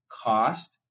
cost